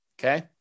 okay